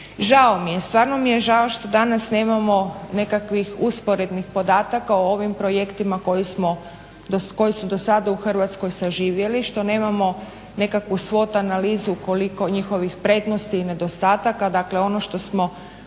Žao mi je, stvarno mi je žao što danas nemamo nekakvih usporednih podataka o ovim projektima koji su do sada u Hrvatskoj saživjeli, što nemamo nekakvu svot analizu koliko njihovih prednosti i nedostataka. Dakle, ono što smo